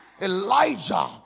Elijah